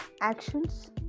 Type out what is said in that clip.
actions